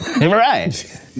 Right